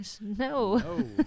no